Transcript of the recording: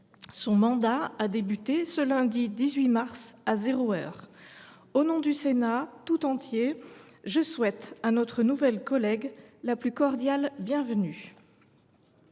Son mandat a débuté ce lundi 18 mars à zéro heure. Au nom du Sénat tout entier, je souhaite à notre nouvelle collègue la plus cordiale bienvenue.